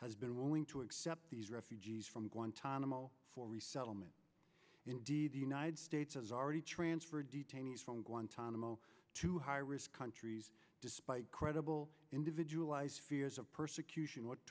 has been willing to accept these refugees from guantanamo for resettlement indeed the united states has already transferred detainees from guantanamo to high risk countries despite credible individualize fears of persecution what